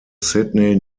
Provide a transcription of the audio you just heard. sydney